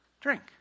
drink